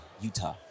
Utah